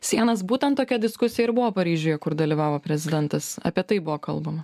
sienas būtent tokia diskusija ir buvo paryžiuje kur dalyvavo prezidentas apie tai buvo kalbama